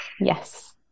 Yes